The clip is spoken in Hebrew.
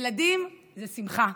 ילדים זה שמחה,